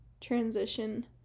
transition